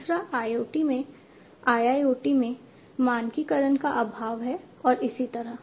तीसरा IoT में IIoT में मानकीकरण का अभाव है और इसी तरह